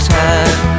time